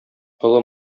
олы